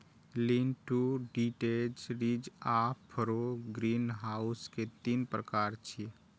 lean to detached, ridge आ furrow greenhouse के तीन प्रकार छियै